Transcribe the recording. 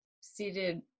seated